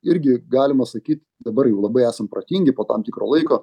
irgi galima sakyt dabar jau labai esam protingi po tam tikro laiko